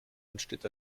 entsteht